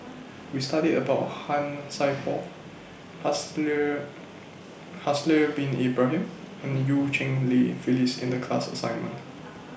We studied about Han Sai Por Haslir Haslir Bin Ibrahim and EU Cheng Li Phyllis in The class assignment